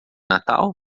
natal